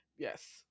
Yes